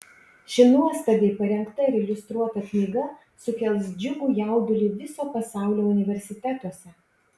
ši nuostabiai parengta ir iliustruota knyga sukels džiugų jaudulį viso pasaulio universitetuose